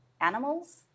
animals